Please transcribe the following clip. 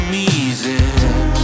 Easy